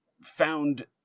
found